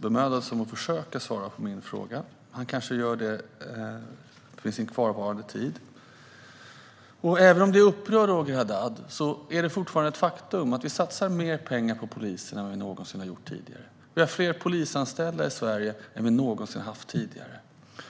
bemödade sig inte ens om att försöka svara på min fråga. Han kanske gör det i sitt sista inlägg. Även om det upprör Roger Haddad är det fortfarande ett faktum att vi satsar mer pengar på polisen än vad vi någonsin har gjort tidigare. Vi har fler polisanställda i Sverige än vi någonsin har haft tidigare.